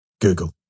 Google